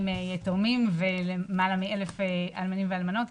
יתומים ולמעלה מ-1,000 אלמנים ואלמנות,